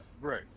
Right